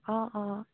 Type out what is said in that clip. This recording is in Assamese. অঁ অঁ